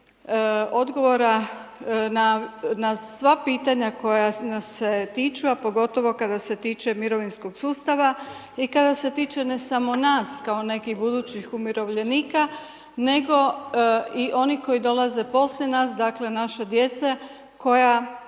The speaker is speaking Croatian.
odgovora na sva pitanja koja nas se tiču, a pogotovo kada se tiče mirovinskog sustava i kada se tiče ne samo nas kao nekih budućih umirovljenika nego i onih koji dolaze poslije nas, dakle, naše djece koja